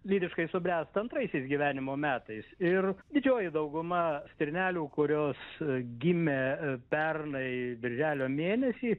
lytiškai subręsta antraisiais gyvenimo metais ir didžioji dauguma stirnelių kurios gimė pernai birželio mėnesį